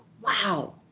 Wow